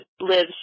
lives